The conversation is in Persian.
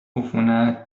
عفونت